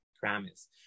promise